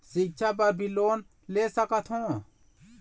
सिक्छा बर भी लोन ले सकथों?